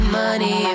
money